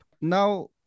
Now